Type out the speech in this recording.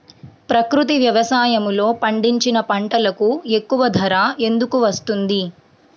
ప్రకృతి వ్యవసాయములో పండించిన పంటలకు ఎక్కువ ధర ఎందుకు వస్తుంది?